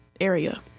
area